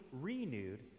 renewed